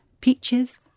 peaches